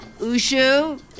Ushu